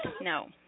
no